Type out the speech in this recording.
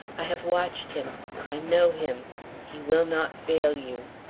i have watched him i know him he will not fail you.